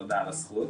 תודה על הזכות.